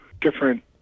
different